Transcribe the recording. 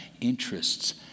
interests